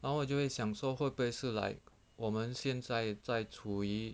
然后我就会享受会不会是 like 我们现在在除以